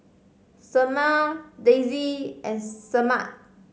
Selmer Daisey and Semaj